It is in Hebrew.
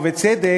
ובצדק,